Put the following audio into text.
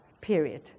period